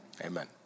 Amen